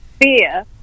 fear